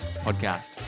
podcast